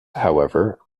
however